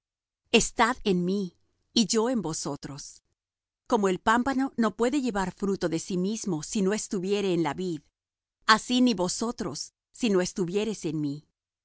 estad en mí y yo en vosotros como el pámpano no puede llevar fruto de sí mismo si no estuviere en la vid así ni vosotros si no estuviereis en mí